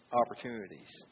opportunities